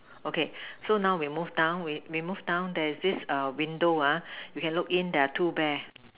okay so now we move down we we move down there's this err window uh you can look in there are two bear